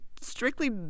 strictly